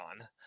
on